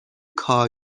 کار